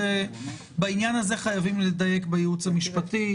בעניין הזה חייבים לדייק בייעוץ המשפטי,